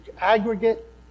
aggregate